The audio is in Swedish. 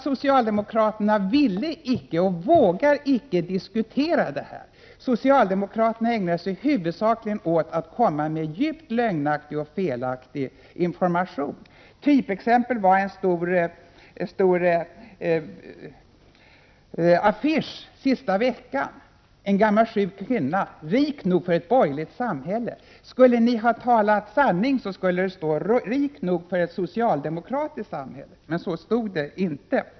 Socialdemokraterna ville icke och vågade icke diskutera detta. Socialdemokraterna ägnade sig huvudsakligen åt att komma med djupt lögnaktig och felaktig information. Typexempel var en stor affisch sista veckan före valet, en affisch föreställande en gammal sjuk kvinna och med texten: ”Rik nog för ett borgerligt samhälle”. Om ni hade talat sanning, skulle det ha stått: Rik nog för ett socialdemokratiskt samhälle. Men så stod det inte.